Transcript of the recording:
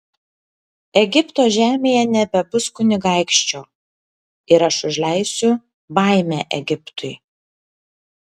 egipto žemėje nebebus kunigaikščio ir aš užleisiu baimę egiptui